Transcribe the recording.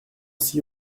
six